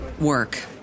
work